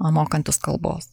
mokantis kalbos